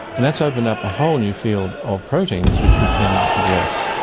and that's opened up a whole new field of proteins which we can address.